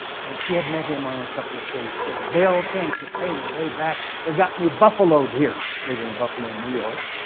and she had met him on on a couple of occasions. she said bill, can't you pay my way back, they got me buffaloed here. they were in buffalo, new york.